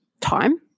time